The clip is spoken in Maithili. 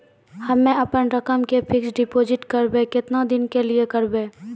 हम्मे अपन रकम के फिक्स्ड डिपोजिट करबऽ केतना दिन के लिए करबऽ?